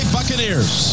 Buccaneers